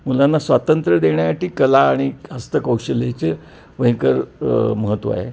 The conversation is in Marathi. मुलांना स्वातंत्र्य देण्यासाठी कला आणि हस्तकौशल्य ह्याचे भयंकर महत्त्व आहे